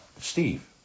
Steve